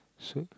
so